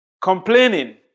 complaining